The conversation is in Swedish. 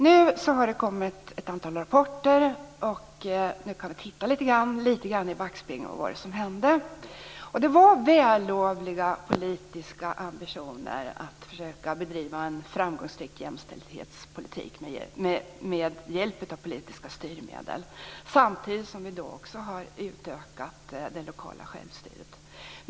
Nu har det kommit ett antal rapporter, och vi kan titta lite grann i backspegeln - vad var det som hände? Det fanns vällovliga politiska ambitioner att försöka bedriva en framgångsrik jämställdhetspolitik med hjälp av politiska styrmedel. Samtidigt har det lokala självstyret utökats.